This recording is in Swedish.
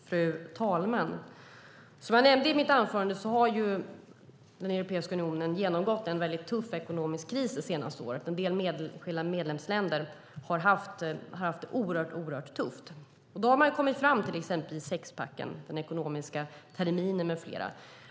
Fru talman! Som jag nämnde i mitt anförande har Europeiska unionen genomgått en svår ekonomisk kris det senaste året. En del medlemsländer har haft det oerhört tufft. Nu har man skapat till exempel sexpacken, den ekonomiska terminen med mera.